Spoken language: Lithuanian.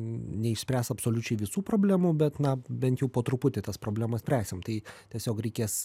neišspręs absoliučiai visų problemų bet na bent jau po truputį tas problemas spręsim tai tiesiog reikės